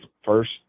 First